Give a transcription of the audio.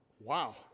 wow